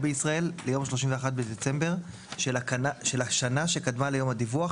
בישראל ליום 31 בדצמבר של השנה שקדמה ליום הדיווח,